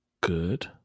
good